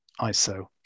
ISO